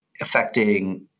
affecting